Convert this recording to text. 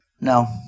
No